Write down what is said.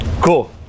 Cool